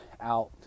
out